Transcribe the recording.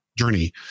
journey